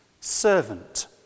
servant